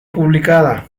publicada